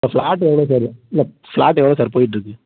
flat எவ்வளோ sir இல்லை flat எவ்வளோ சார் போயிட்டுருக்கு